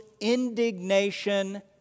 indignation